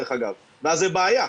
ואז זו בעיה,